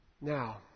Now